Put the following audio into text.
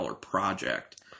project